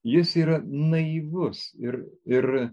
jis yra naivus ir ir